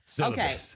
Okay